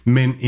Men